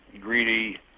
greedy